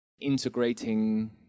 integrating